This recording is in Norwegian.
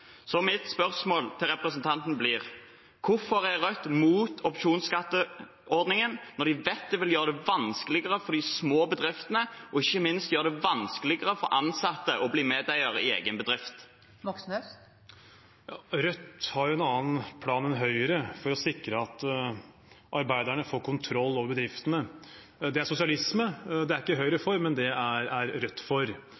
Så mitt spørsmål til representanten blir: Hvorfor er Rødt mot opsjonsskatteordningen når de vet at det vil gjøre det vanskeligere for de små bedriftene, og ikke minst gjøre det vanskeligere for de ansatte å bli medeiere i egen bedrift? Rødt har en annen plan enn Høyre for å sikre at arbeiderne får kontroll over bedriftene. Det er sosialisme. Det er ikke